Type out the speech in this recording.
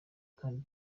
kandi